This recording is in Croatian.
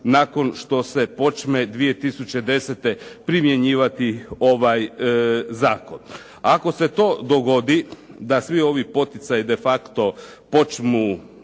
nakon što se počne 2010. primjenjivati ovaj zakon. Ako se to dogodi da svi ovi poticaji defacto počnu